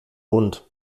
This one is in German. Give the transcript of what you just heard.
hund